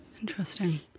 Interesting